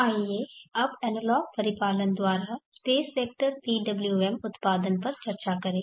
आइए अब एनालॉग परिपालन द्वारा स्पेस वेक्टर PWM उत्पादन पर चर्चा करें